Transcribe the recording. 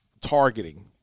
targeting